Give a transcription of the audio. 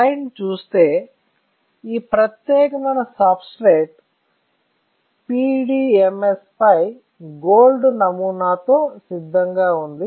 స్లైడ్ను చూస్తే ఈ ప్రత్యేకమైన సబ్స్ట్రేట్ PDMS పై గోల్డ్ నమూనా తో సిద్ధంగా ఉంది